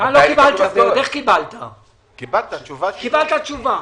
קיבלת תשובה.